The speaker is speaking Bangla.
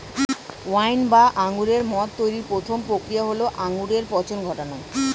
ওয়াইন বা আঙুরের মদ তৈরির প্রথম প্রক্রিয়া হল আঙুরে পচন ঘটানো